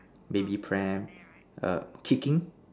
baby pram err kicking